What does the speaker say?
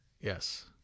Yes